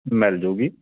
ਮਿਲ ਜੂਗੀ